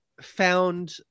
found